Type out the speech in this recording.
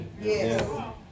Yes